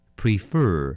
prefer